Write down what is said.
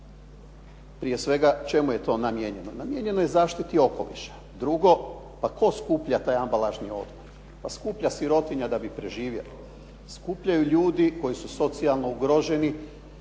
prije svega čemu je to namijenjeno? Namijenjeno je zaštiti okoliša. Drugo, pa tko skuplja taj ambalažni otpad? Pa skuplja sirotinja da bi preživjela. Skupljaju ljudi koji su socijalno ugroženi